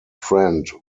friend